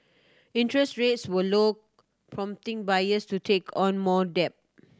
interest rates were low prompting buyers to take on more debt